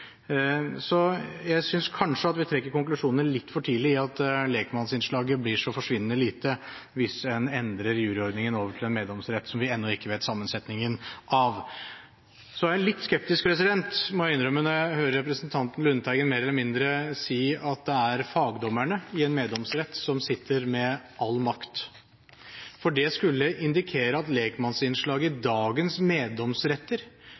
Så jeg synes kanskje vi trekker konklusjonene litt for tidlig med hensyn til at lekmannsinnslaget blir så forsvinnende lite hvis en endrer juryordningen til en meddomsrett, som vi ennå ikke vet sammensetningen av. Så er jeg litt skeptisk, må jeg innrømme, når jeg hører representanten Lundteigen mer eller mindre si at det er fagdommerne i en meddomsrett som sitter med all makt. For det skulle indikere at lekmannsinnslaget i dagens meddomsretter